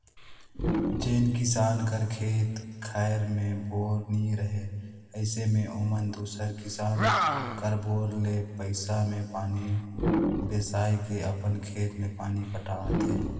जेन किसान कर खेत खाएर मे बोर नी रहें अइसे मे ओमन दूसर किसान कर बोर ले पइसा मे पानी बेसाए के अपन खेत मे पानी पटाथे